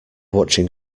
watching